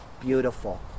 beautiful